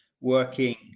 working